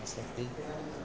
याः सन्ति